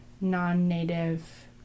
non-native